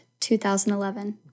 2011